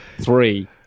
three